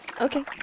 Okay